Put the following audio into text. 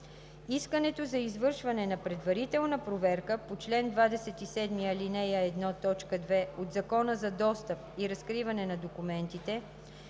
Искането за извършване на предварителна проверка по чл. 27, ал. 1, т. 2 от Закона за достъп и разкриване на документите